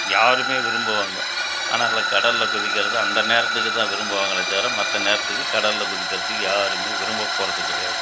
யாருமே விரும்புவாங்க ஆனால் அதில் கடலில் குதிக்கிறது அந்த நேரத்துக்கு தான் விரும்புவங்களே தவிர மற்ற நேரத்துக்கு கடலில் குதிக்கிறதுக்கு யாருமே விரும்ப போகிறது கிடையாது